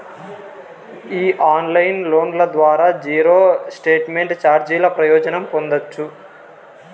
ఈ ఆన్లైన్ లోన్ల ద్వారా జీరో స్టేట్మెంట్ చార్జీల ప్రయోజనం పొందచ్చు